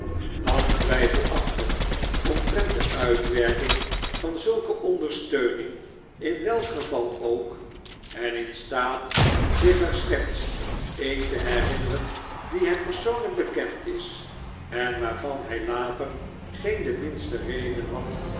langtwijfelachtig omtrent de uitwerking van zulke ondersteuning in welk geval ook en in staat zich er slechts een te herinneren die hem persoonlijk bekend is en waarvan hy later geen de minste rden had